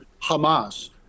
Hamas